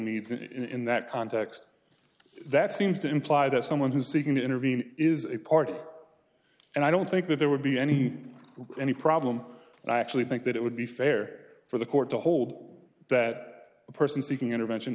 needs and in that context that seems to imply that someone who's seeking to intervene is a party and i don't think that there would be any any problem and i actually think that it would be fair for the court to hold that the person seeking intervention